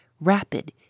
rapid